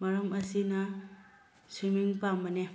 ꯃꯔꯝ ꯑꯁꯤꯅ ꯁ꯭ꯋꯤꯃꯤꯡ ꯄꯥꯝꯕꯅꯦ